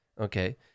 okay